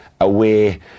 away